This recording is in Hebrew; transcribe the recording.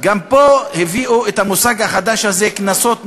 גם פה הביאו את המושג החדש הזה, קנסות מינימום,